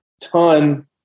ton